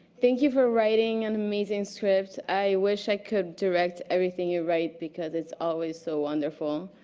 thank you for writing an amazing script. i wish i could direct everything you write because it's always so wonderful.